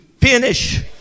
finish